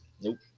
Nope